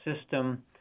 system